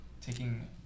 taking